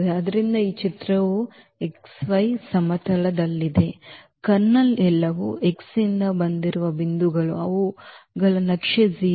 ಆದ್ದರಿಂದ ಚಿತ್ರವು xy ಸಮತಲದಲ್ಲಿದೆ ಕರ್ನಲ್ ಎಲ್ಲವು X ಯಿಂದ ಬಂದಿರುವ ಬಿಂದುಗಳು ಅವುಗಳ ನಕ್ಷೆ 0 ಅವು 0